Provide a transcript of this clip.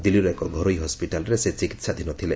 ଦିଲ୍ଲୀର ଏକ ଘରୋଇ ହସ୍କିଟାଲରେ ସେ ଚିକିହାଧୀନ ଥିଲେ